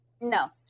no